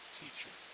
teacher